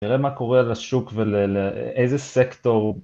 תראה מה קורה לשוק ולאיזה סקטור